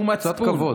קצת כבוד.